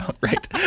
right